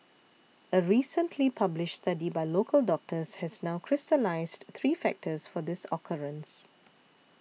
a recently published study by local doctors has now crystallised three factors for this occurrence